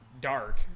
Dark